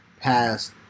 passed